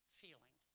feeling